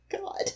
God